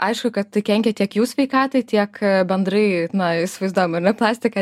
aišku kad tai kenkia tiek jų sveikatai tiek bendrai na įsivaizduojam ar ne plastiką